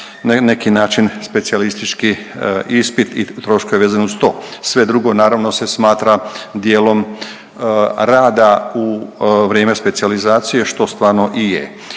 neki način specijalistički ispit i troškove vezano uz to, sve drugo naravno se smatra dijelom rada u vrijeme specijalizacije, što stvarno i je.